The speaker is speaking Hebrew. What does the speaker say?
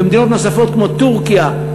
ומדינות נוספות כמו טורקיה,